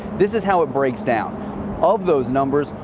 this is how it breaks down of those numbers,